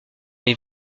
les